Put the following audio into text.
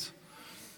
אין נגד, אין נמנעים.